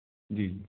जी जी